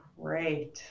Great